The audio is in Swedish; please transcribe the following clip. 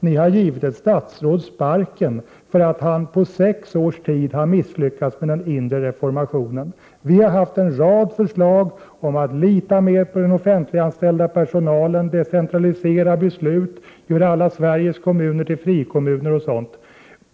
Ni har gett ett statsråd sparken för att han under sex års tid har misslyckats med den inre reformationen. Vi har framlagt en rad förslag, att lita mer på den offentliganställda personalen, att decentralisera beslut, att göra alla Sveriges kommuner till frikommuner osv.